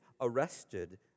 arrested